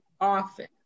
often